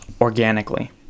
organically